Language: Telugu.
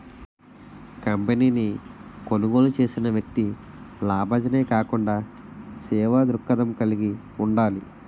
కంపెనీని కొనుగోలు చేసిన వ్యక్తి లాభాజనే కాకుండా సేవా దృక్పథం కలిగి ఉండాలి